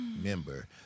member